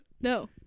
No